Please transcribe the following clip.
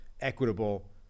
equitable